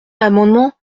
l’amendement